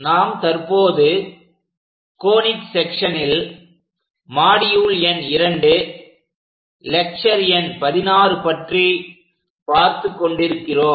நாம் தற்போது கோனிக் செக்சன்ஸனில் மாடியுள் எண் 02லெக்ச்சர் எண் 16 பற்றி பார்த்துக் கொண்டிருக்கிறோம்